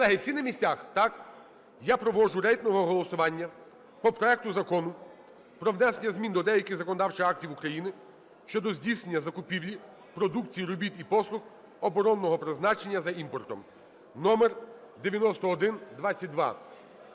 Колеги, всі на місцях, так? Я провожу рейтингове голосування по проекту Закону про внесення змін до деяких законодавчих актів України щодо здійснення закупівлі продукції, робіт і послуг оборонного призначення за імпортом (№ 9122).